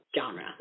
genre